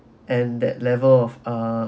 and that level of uh